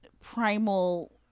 primal